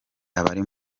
abari